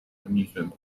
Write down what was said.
amusement